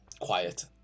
Quiet